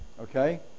Okay